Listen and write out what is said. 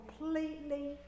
completely